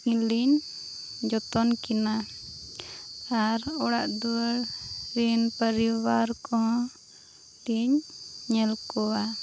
ᱟᱹᱠᱤᱱᱞᱤᱧ ᱡᱚᱛᱚᱱ ᱠᱤᱱᱟᱹ ᱟᱨ ᱚᱲᱟᱜᱼᱫᱩᱣᱟᱹᱨ ᱨᱤᱱ ᱯᱚᱨᱤᱵᱟᱨ ᱠᱚᱞᱤᱧ ᱧᱮᱞ ᱠᱚᱣᱟ